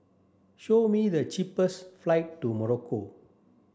show me the cheapest flight to Morocco